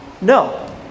no